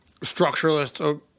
structuralist